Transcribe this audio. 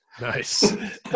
nice